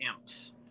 Imps